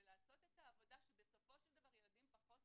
ולעשות את העבודה שבסופו של דבר ילדים פחות